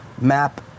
map